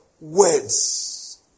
Words